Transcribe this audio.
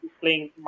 playing